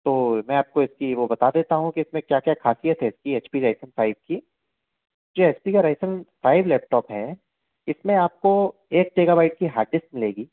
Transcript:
तो मैं आपको इसकी वो बता देता हूँ कि इसमे क्या क्या खासियत है इसकी एच पी राइज़ेन फाइव की जो एच पी का राइज़ेन फाइव लैपटॉप है इसमे आपको एक टेगाबाइट की हार्डडिस्क मिलेगी